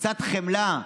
קצת חמלה.